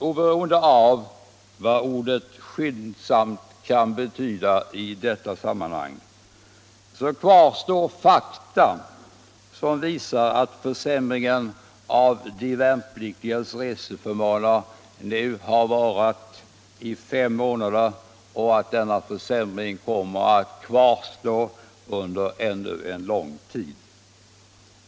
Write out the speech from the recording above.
Oberoende av vad ordet skyndsamt kan betyda i detta sammanhang kvarstår fakta som visar att försämringen av de värnpliktigas reseförmåner nu varat i fem månader och att den kommer att kvarstå ännu en lång tid.